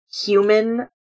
human